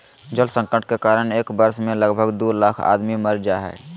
जल संकट के कारण एक वर्ष मे लगभग दू लाख आदमी मर जा हय